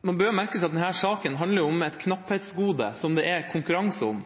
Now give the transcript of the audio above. man bør merke seg at denne saken handler om et knapphetsgode som det er konkurranse om.